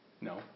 No